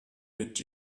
mit